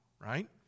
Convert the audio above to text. right